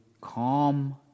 calm